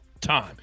time